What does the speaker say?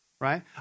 right